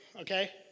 okay